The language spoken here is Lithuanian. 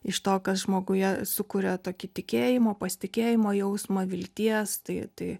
iš to kas žmoguje sukuria tokį tikėjimo pasitikėjimo jausmą vilties tai tai